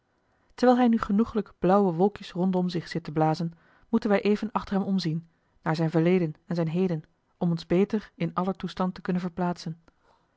terwijl hij nu genoeglijk blauwe wolkjes rondom zich zit te blazen moeten wij even achter hem omzien naar zijn verleden en zijn heden om ons beter in aller toestand te kunnen verplaatsen